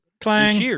Clang